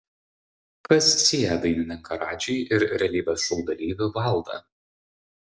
kas sieja dainininką radžį ir realybės šou dalyvį valdą